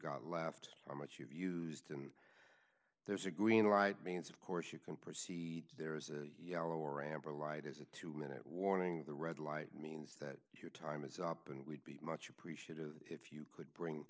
got left how much you've used and there's a green light means of course you can proceed there is a yellow or amber light is a two minute warning the red light means that your time is up and would be much appreciated if you could bring